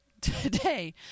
today